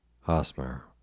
Hosmer